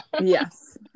yes